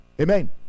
Amen